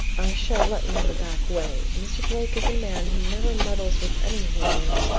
i shall let you in the back way. mr. blake is a man who never meddles with anything, and